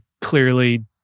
clearly